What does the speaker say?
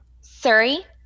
Siri